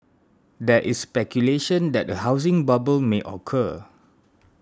there is speculation that a housing bubble may occur